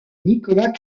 nicolas